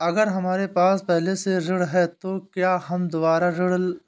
अगर हमारे पास पहले से ऋण है तो क्या हम दोबारा ऋण हैं?